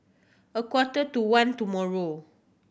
a quarter to one tomorrow